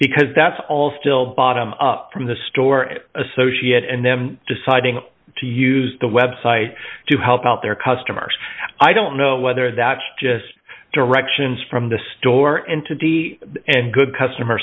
because that's all still bottom up from the store and associate and then deciding to use the website to help out their customers i don't know whether that's just directions from the store into d c and good customer